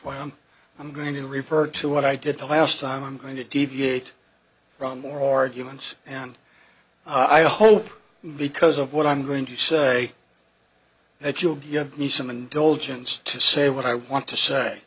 i'm i'm going to refer to what i did the last time i'm going to deviate from more arguments and i hope because of what i'm going to say that you'll give me some indulgence to say what i want to say